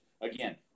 Again